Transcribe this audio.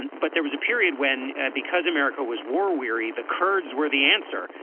and but there was a period when because america was war weary the kurds were the answer.